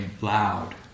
loud